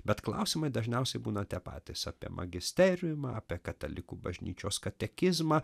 bet klausimai dažniausiai būna tie patys apie magisteriumą apie katalikų bažnyčios katekizmą